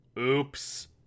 Oops